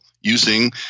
using